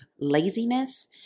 laziness